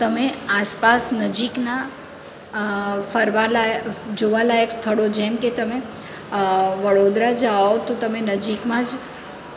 તમે આસપાસ નજીકનાં ફરવાલાયક જોવાલાયક સ્થળો જેમ કે તમે વડોદરા જાઓ તો તમે નજીકમાં જ